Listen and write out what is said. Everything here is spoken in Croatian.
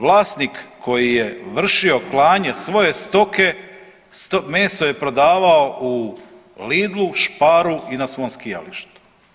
Vlasnik koji je vršio klanje svoje stoke meso je prodavao u Lidlu, Sparu i na svom skijalištu.